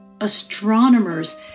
Astronomers